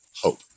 hope